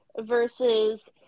Versus